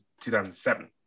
2007